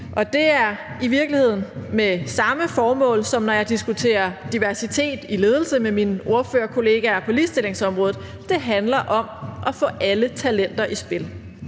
Det er i virkeligheden med samme formål, som når jeg diskuterer diversitet i ledelse med mine ordførerkolleger på ligestillingsområdet: Det handler om at få alle talenter i spil.